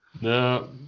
No